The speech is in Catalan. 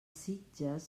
sitges